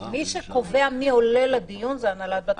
שקובע מי עולה לדיון זה הנהלת בתי המשפט.